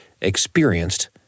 experienced